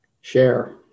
share